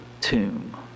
tomb